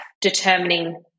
determining